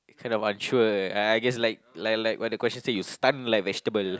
you kind of unsure uh I guess like like like what the question say you stunned like vegetable